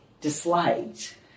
disliked